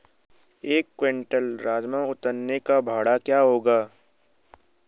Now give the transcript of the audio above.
एक क्विंटल राजमा उतारने का भाड़ा क्या होगा?